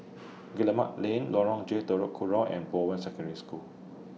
Guillemard Lane Lorong J Telok Kurau and Bowen Secondary School